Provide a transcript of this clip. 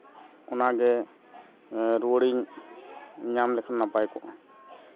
ᱚᱱᱟᱜᱮ ᱨᱩᱣᱟᱹᱲᱤᱧ ᱧᱟᱢ ᱞᱮᱠᱷᱟᱱ ᱱᱟᱯᱟᱭ ᱠᱚᱜᱼᱟ